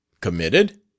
Committed